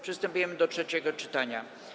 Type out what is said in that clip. Przystępujemy do trzeciego czytania.